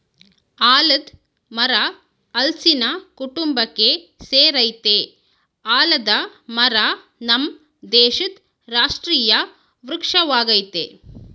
ಆಲದ್ ಮರ ಹಲ್ಸಿನ ಕುಟುಂಬಕ್ಕೆ ಸೆರಯ್ತೆ ಆಲದ ಮರ ನಮ್ ದೇಶದ್ ರಾಷ್ಟ್ರೀಯ ವೃಕ್ಷ ವಾಗಯ್ತೆ